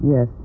Yes